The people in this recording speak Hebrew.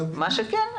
מה שכן,